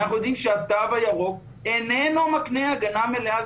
ואנחנו יודעים שהתו הירוק איננו מקנה הגנה מלאה,